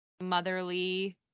motherly